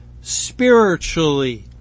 spiritually